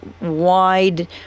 wide